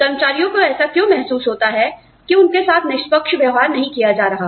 कर्मचारियों को ऐसा क्यों महसूस होता है कि उनके साथ निष्पक्ष व्यवहार नहीं किया जा रहा